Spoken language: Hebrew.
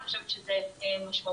אני חושבת שזה משמעותי.